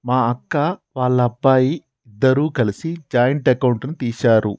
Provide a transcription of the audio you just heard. మా అక్క, వాళ్ళబ్బాయి ఇద్దరూ కలిసి జాయింట్ అకౌంట్ ని తీశారు